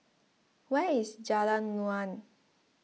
where is Jalan Naung